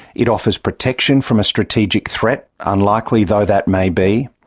it offers protection from a strategic threat, unlikely though that may be,